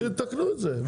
שיתקנו את זה.